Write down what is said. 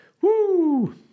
Woo